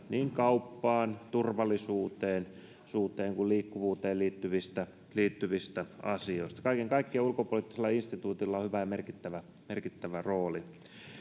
niin kauppaan turvallisuuteen kun liikkuvuuteen liittyvistä liittyvistä ulkopoliittisista asioista kaiken kaikkiaan ulkopoliittisella instituutilla on hyvä ja merkittävä merkittävä rooli